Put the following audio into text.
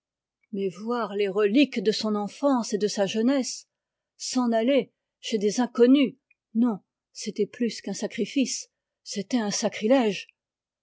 mais voir les reliques de son enfance et de sa jeunesse s'en aller chez des inconnus non c'était plus qu'un sacrifice c'était un sacrilège